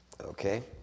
Okay